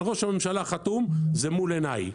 נכון, אבל ראש הממשלה חתום, וזה מול עיניי,